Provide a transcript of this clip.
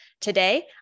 Today